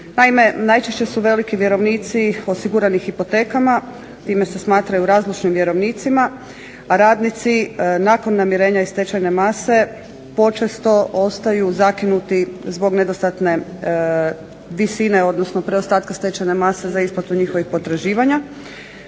najčešće su veliki vjerovnici osigurani hipotekama. Time se smatraju razložnim vjerovnicima, a radnici nakon namirenja iz stečajne mase počesto ostaju zakinuti zbog nedostatne visine, odnosno preostatka stečajne mase za isplatu njihovih potraživanja.